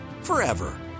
forever